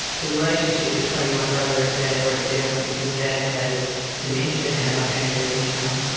the relationship between my brother and dad broke down because dad has dementia now and has become,